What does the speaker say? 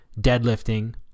deadlifting